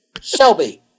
Shelby